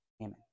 amen